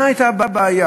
מה הייתה הבעיה?